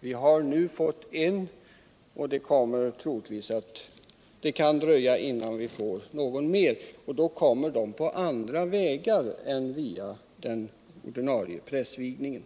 Vi har nu fått en och det kan dröja innan vi får någon mer — och om så sker kommer de på andra vägar än via den ordinarie prästvigningen.